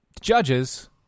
Judges